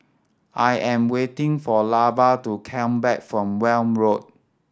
I am waiting for Lavar to come back from Welm Road